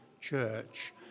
church